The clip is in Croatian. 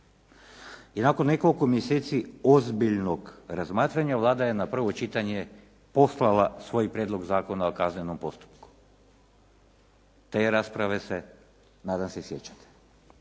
I nakon nekoliko mjeseci ozbiljnog razmatranja Vlada je na prvo čitanje poslala svoj prijedlog zakona o kaznenom postupku. Te rasprave se, nadam se sjećate.